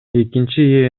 экинчи